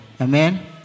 Amen